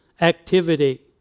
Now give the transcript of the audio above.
activity